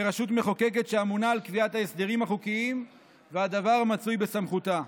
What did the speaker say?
כרשות המחוקקת שאמונה על קביעת ההסדרים החוקיים והדבר מצוי בסמכותה.